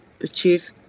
achieve